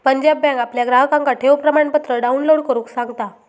Punjab bank आपल्या ग्राहकांका ठेव प्रमाणपत्र डाउनलोड करुक सांगता